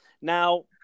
Now